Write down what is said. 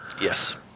yes